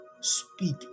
speak